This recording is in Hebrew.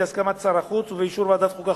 בהסכמת שר החוץ ובאישור ועדת החוקה,